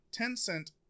Tencent